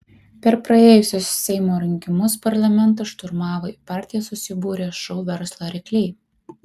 per praėjusius seimo rinkimus parlamentą šturmavo į partiją susibūrę šou verslo rykliai